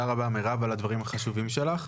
תודה רבה על הדברים החשובים שלך.